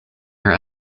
her